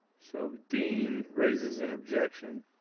so dean raises an objection.